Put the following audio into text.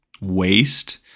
waste